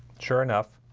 sure enough,